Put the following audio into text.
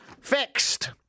Fixed